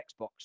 Xbox